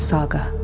Saga